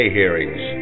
hearings